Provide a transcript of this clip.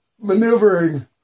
maneuvering